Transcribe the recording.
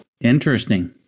Interesting